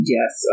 Yes